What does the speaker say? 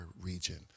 region